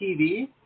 TV